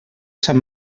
sant